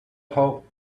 hope